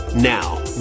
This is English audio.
Now